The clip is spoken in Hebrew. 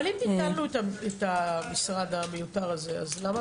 אבל אם --- את המשרד המיותר הזה למה